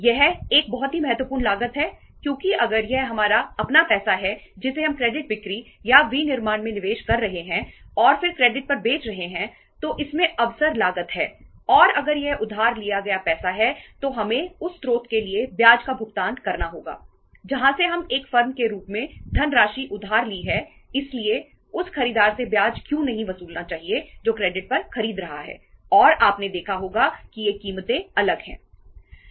यह एक बहुत ही महत्वपूर्ण लागत है क्योंकि अगर यह हमारा अपना पैसा है जिसे हम क्रेडिट बिक्री या विनिर्माण में निवेश कर रहे हैं और फिर क्रेडिट पर बेच रहे हैं तो इसमें अवसर लागत है और अगर यह उधार लिया गया पैसा है तो हमें उस स्रोत के लिए ब्याज का भुगतान करना होगा जहां से हम एक फर्म के रूप में धनराशि उधार ली है इसलिए उस खरीदार से ब्याज क्यों नहीं वसूलना चाहिए जो क्रेडिट पर खरीद रहा है और आपने देखा होगा कि ये कीमतें अलग हैं